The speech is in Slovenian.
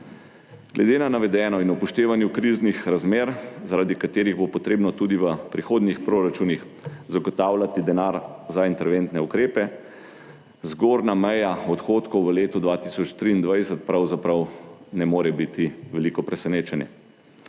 Glede na navedeno in upoštevanju kriznih razmer, zaradi katerih bo potrebno tudi v prihodnjih proračunih zagotavljati denar za interventne ukrepe, zgornja meja odhodkov v letu 2023 pravzaprav ne more biti veliko presenečenje.